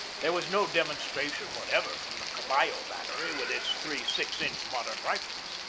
there was no demonstration whatever from the caballo battery, with its three six inch modern rifles,